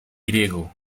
griego